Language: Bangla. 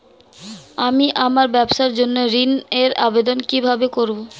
আমি আমার ব্যবসার জন্য ঋণ এর আবেদন কিভাবে করব?